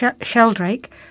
Sheldrake